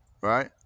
Right